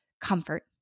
comfort